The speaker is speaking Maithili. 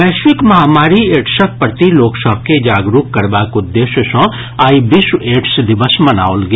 वैश्विक महामारी एड्सक प्रति लोक सभ के जागरूक करबाक उद्देश्य सँ आइ विश्व एड्स दिवस मनाओल गेल